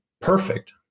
perfect